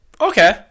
Okay